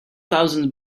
thousand